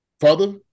Father